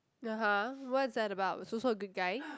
(uh huh) what's that about is also a good guy